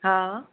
हा